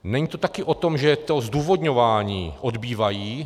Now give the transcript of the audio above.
Není to taky o tom, že to zdůvodňování odbývají?